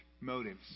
motives